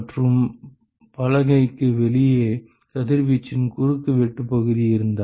மற்றும் பலகைக்கு வெளியே கதிர்வீச்சின் குறுக்கு வெட்டுப் பகுதி இருந்தால்